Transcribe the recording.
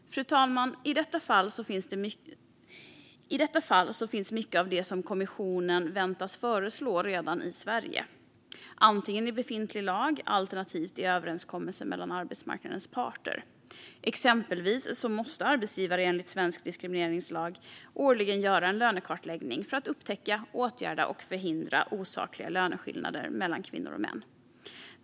Fru talman! I detta fall finns redan mycket av det som kommissionen väntas föreslå i Sverige, antingen i befintlig lag eller alternativt i överenskommelse mellan arbetsmarknadens parter. Exempelvis måste arbetsgivare enligt svensk diskrimineringslag årligen göra en lönekartläggning för att upptäcka, åtgärda och förhindra osakliga löneskillnader mellan kvinnor och män.